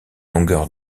longueur